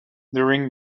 during